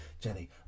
Jenny